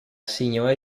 signore